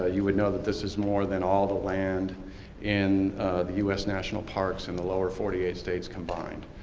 ah you would know that this is more than all the land in the u s. national parks in the lower forty eight states combined.